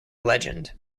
legend